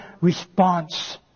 response